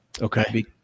Okay